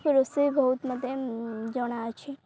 ରୋଷେଇ ବହୁତ ମତେ ଜଣାଅଛି